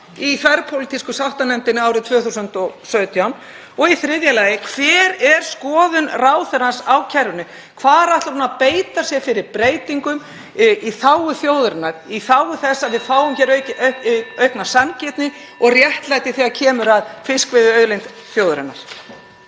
í þverpólitísku sáttanefndinni árið 2017? Og í þriðja lagi: Hver er skoðun ráðherrans á kerfinu? Hvar ætlar hún að beita sér fyrir breytingum í þágu þjóðarinnar, í þágu þess að við sjáum aukna sanngirni og réttlæti þegar kemur að fiskveiðiauðlind þjóðarinnar?